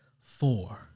four